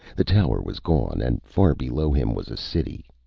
the tower was gone, and far below him was a city.